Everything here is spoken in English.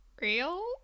Real